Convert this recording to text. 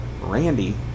Randy